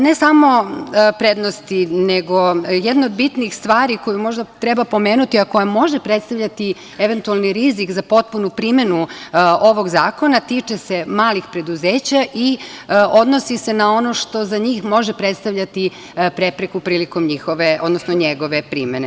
Ne samo prednosti, nego jedna od bitnih stvari koju možda treba pomenuti, a koje može predstavljati eventualni rizik za potpunu primenu ovog zakona tiče se malih preduzeća i odnosi se na ono što za njih može predstavljati prepreku prilikom njegove primene.